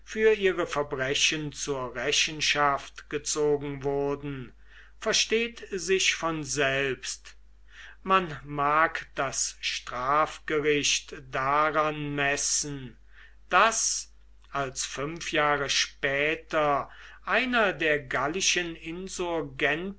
für ihre verbrechen zur rechenschaft gezogen wurden versteht sich von selbst man mag das strafgericht daran messen daß als fünf jahre später einer der gallischen